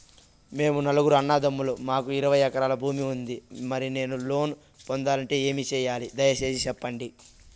మేము నలుగురు అన్నదమ్ములం మాకు ఇరవై ఎకరాల భూమి ఉంది, మరి నేను లోను పొందాలంటే ఏమి సెయ్యాలి? దయసేసి సెప్పండి?